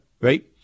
right